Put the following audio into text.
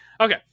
Okay